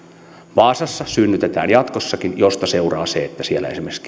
vaasassa synnytetään jatkossakin mistä seuraa se että siellä esimerkiksi